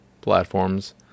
platforms